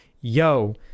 yo